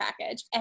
package